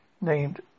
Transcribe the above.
named